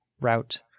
route